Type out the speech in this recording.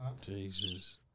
Jesus